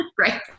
right